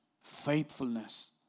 faithfulness